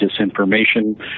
disinformation